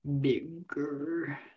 Bigger